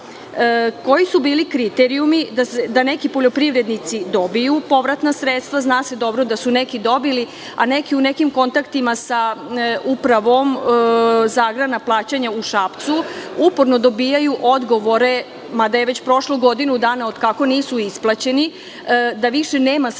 Koji su bili kriterijumi da neki poljoprivrednici dobiju povratna sredstva? Zna se dobro da su neki dobili, a neki u nekim kontaktima sa Upravom za agrarna plaćanja u Šapcu uporno dobijaju odgovore, mada je već prošlo godinu dana od kako nisu isplaćeni, da više nema sredstava